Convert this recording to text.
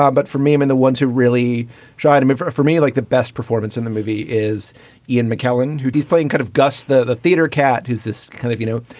um but for me, in the ones who really try to move for for me, like the best performance in the movie is ian mckellen, who he's playing kind of gus the the theatre cat, who's this kind of, you know,